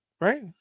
Right